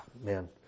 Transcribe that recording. Man